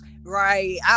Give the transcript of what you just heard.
right